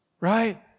Right